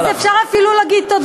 אז אפשר אפילו להגיד תודה.